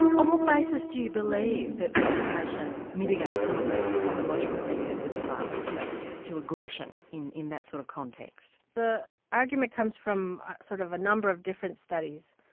um what basis do you believe that vegetation mitigates some of the psychological precursors to violence, you know and to aggression in in that sort of context? the argument comes from sort of a number of different studies.